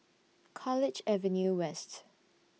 College Avenue West